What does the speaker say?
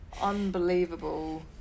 unbelievable